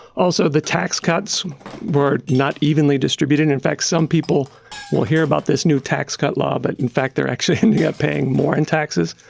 also, the tax cuts were not evenly distributed. in in fact, some people will hear about this new tax cut law, but in fact they're actually ending up paying more in taxes.